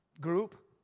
group